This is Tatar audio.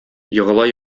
егыла